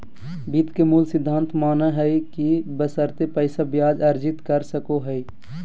वित्त के मूल सिद्धांत मानय हइ कि बशर्ते पैसा ब्याज अर्जित कर सको हइ